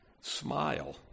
smile